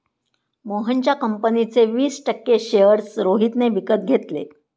मोहनच्या कंपनीचे वीस टक्के शेअर्स रोहितने विकत घेतले